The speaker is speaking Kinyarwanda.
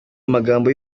amagambo